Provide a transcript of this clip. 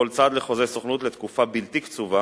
כל צד לחוזה סוכנות לתקופה בלתי קצובה